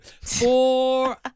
Four